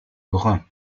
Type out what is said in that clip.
brun